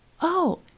Oh